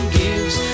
gives